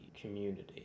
community